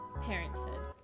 parenthood